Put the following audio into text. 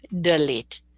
delete